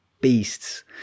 beasts